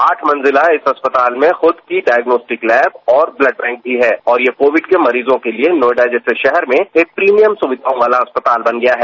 आठ मंजिला इस अस्पताल में खुद की डायगनोस्टिक लैब और ब्लड बैंक भी है और ये कोविड के मरीजों के लिए नोएडा जैसे शहर में एक प्रीभियर सुविधाओं वाला अस्पताल बन गया है